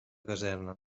caserna